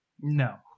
No